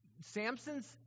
Samson's